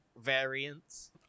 variants